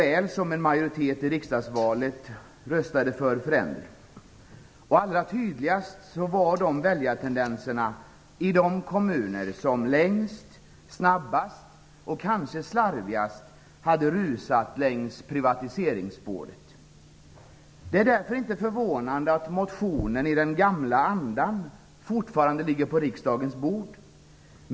Även i riksdagsvalet röstade en majoritet för förändring. Allra tydligast var dessa väljartendenser i de kommuner som längst, snabbast och kanske slarvigast rusat fram längs privatiseringsspåret. Därför är det inte förvånande att denna motion i den gamla andan fortfarande ligger på riksdagens bord.